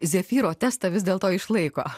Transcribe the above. zefyro testą vis dėl to išlaiko